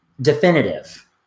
definitive